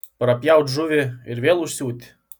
prapjaut žuvį ir vėl užsiūt